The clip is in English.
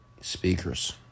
speakers